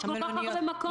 יש כל כך הרבה מקום פנוי.